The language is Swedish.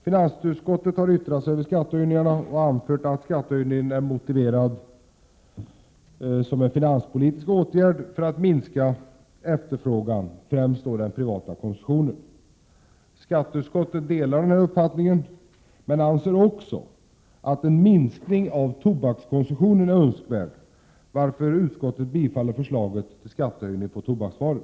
Finansutskottet har yttrat sig över skattehöjningarna och anfört att de är motiverade som en finanspolitisk åtgärd för att minska efterfrågan, främst den privata konsumtionen. Skatteutskottet delar denna uppfattning, men anser också att en minskning av tobakskonsumtionen är önskvärd, varför utskottet bifaller förslaget till skattehöjning på tobaksvaror.